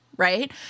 Right